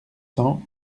cents